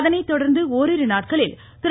அதனை தொடர்ந்து ஓரிரு நாட்களில் திரு